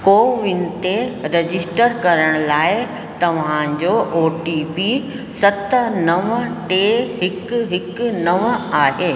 CoWIN ते register करण लाइ तव्हांजो ओ टी पी सत नव टे हिकु हिकु नव आहे